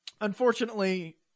unfortunately